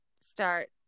start